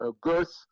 girth